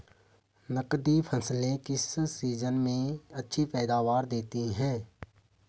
नकदी फसलें किस सीजन में अच्छी पैदावार देतीं हैं?